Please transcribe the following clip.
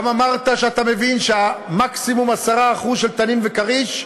גם אמרת שאתה מבין שהמקסימום 10% של "תנין" ו"כריש"